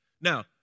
Now